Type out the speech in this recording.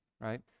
right